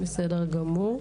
בסדר גמור.